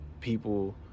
people